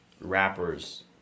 rappers